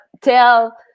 tell